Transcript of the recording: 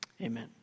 Amen